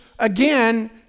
Again